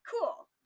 cool